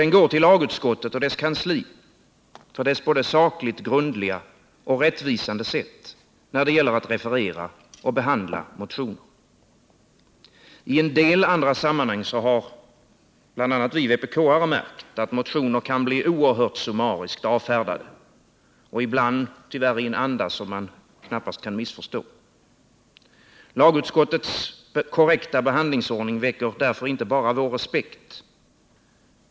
Den går till lagutskottet och dess kansli för dess både sakligt grundliga och rättvisande sätt när det gäller att referera och behandla motioner. I en del andra sammanhang har bl.a. vi vpk-are märkt att motioner kan bli oerhört summariskt avfärdade, ibland tyvärr i en anda som man knappast kan missförstå. Lagutskottets korrekta behandlingsordning väcker därför inte bara vår respekt.